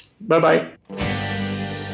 Bye-bye